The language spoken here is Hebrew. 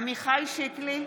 עמיחי שיקלי,